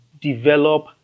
develop